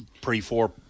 pre-four –